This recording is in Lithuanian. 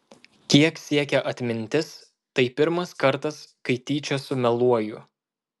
kiek siekia atmintis tai pirmas kartas kai tyčia sumeluoju